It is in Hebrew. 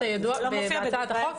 יידוע בלבד.